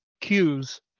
cues